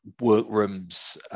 workrooms